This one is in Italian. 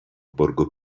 borgo